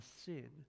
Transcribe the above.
sin